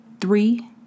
Three